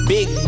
Big